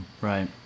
Right